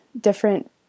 different